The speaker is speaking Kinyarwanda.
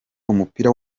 umupira